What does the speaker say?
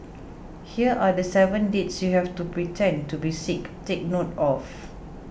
here are the seven dates you have to pretend to be sick take note of